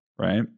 Right